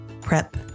prep